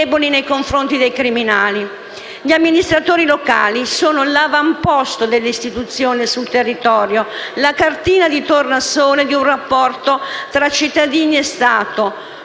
Gli amministratori locali sono l'avamposto delle istituzioni sul territorio, la cartina di tornasole di un rapporto tra cittadini e Stato